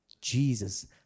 Jesus